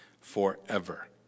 forever